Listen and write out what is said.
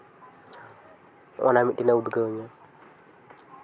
ᱦᱚᱜᱼᱚᱼᱱᱟ ᱢᱤᱫᱴᱤᱱ ᱮ ᱩᱫᱽᱜᱟᱹᱣ ᱤᱧᱟᱹ